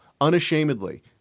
unashamedly